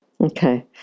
Okay